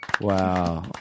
Wow